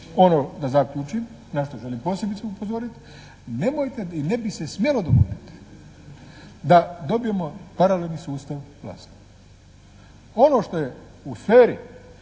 ono da zaključim, na što želim posebice upozoriti nemojte i ne bi se smjelo dogoditi da dobijemo paralelni sustav vlasti. Ono što je u sferi